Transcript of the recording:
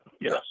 Yes